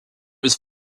was